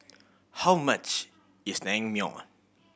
how much is Naengmyeon